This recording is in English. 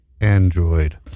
Android